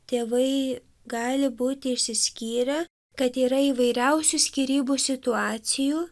tėvai gali būti išsiskyrę kad yra įvairiausių skyrybų situacijų